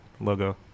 logo